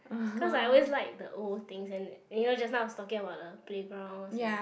cause I always like the old things and you know just now I was talking about the playgrounds and